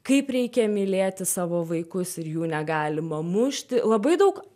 kaip reikia mylėti savo vaikus ir jų negalima mušti labai daug